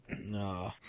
No